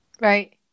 Right